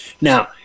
Now